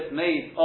made